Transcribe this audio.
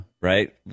Right